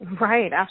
right